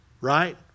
right